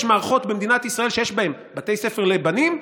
יש מערכות במדינת ישראל שיש בהן בתי ספר לבנים,